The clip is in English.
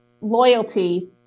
loyalty